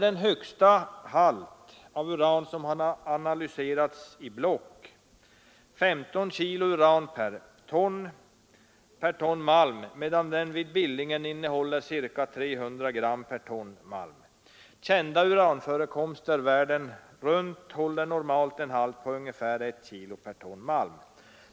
Den högsta halt som analyserats i block från Arjeplog uppgår till 15 kilo uran per ton malm, medan den vid Billingen innehåller cirka 300 gram per ton malm. Kända uranförekomster runt om i världen håller normalt en halt på ungefär 1 kilo uran per ton malm.